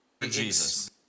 Jesus